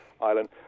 Ireland